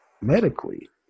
medically